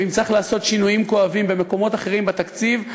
ואם צריך לעשות שינויים כואבים במקומות אחרים בתקציב,